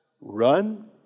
run